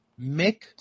Mick